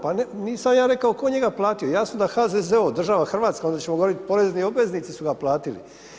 Pa nisam ja rekao tko je njega platio, jasno da HZZO, država hrvatska, onda ćemo govorit porezni obveznici su ga platili.